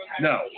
no